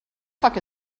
fuck